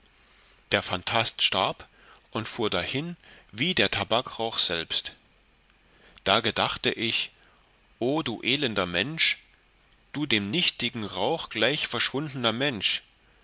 der phantast starb und fuhr dahin wie der tabakrauch selbst da gedachte ich o du elender mensch du dem nichtigen rauch gleich verschwundener mensch